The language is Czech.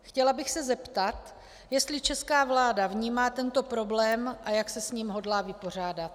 Chtěla bych se zeptat, jestli česká vláda vnímá tento problém a jak se s ním hodlá vypořádat.